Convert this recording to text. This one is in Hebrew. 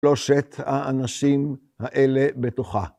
שלושת האנשים האלה בתוכה.